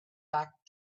back